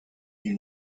you